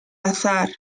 azahar